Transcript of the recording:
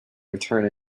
return